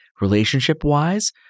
relationship-wise